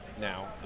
now